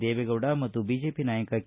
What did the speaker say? ದೇವೇಗೌಡ ಮತ್ತು ಬಿಜೆಪಿ ನಾಯಕ ಕೆ